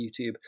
YouTube